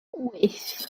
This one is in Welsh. wyth